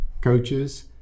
coaches